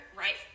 right